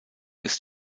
ist